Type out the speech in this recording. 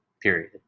period